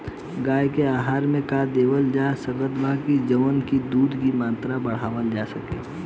गाय के आहार मे का देवल जा सकत बा जवन से दूध के मात्रा बढ़ावल जा सके?